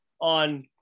on